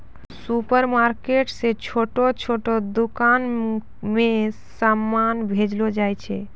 supermarket से छोटो छोटो दुकान मे समान भेजलो जाय छै